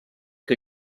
que